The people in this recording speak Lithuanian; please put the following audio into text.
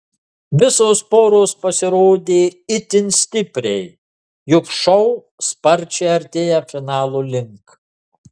visos poros pasirodė itin stipriai juk šou sparčiai artėja finalo link